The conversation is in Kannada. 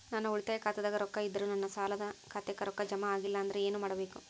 ನನ್ನ ಉಳಿತಾಯ ಖಾತಾದಾಗ ರೊಕ್ಕ ಇದ್ದರೂ ನನ್ನ ಸಾಲದು ಖಾತೆಕ್ಕ ರೊಕ್ಕ ಜಮ ಆಗ್ಲಿಲ್ಲ ಅಂದ್ರ ಏನು ಮಾಡಬೇಕು?